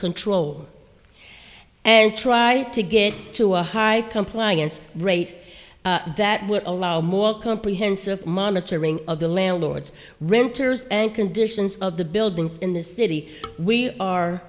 control and try to get to a high compliance rate that will allow more comprehensive monitoring of the landlords renters and conditions of the buildings in this city we are